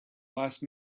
last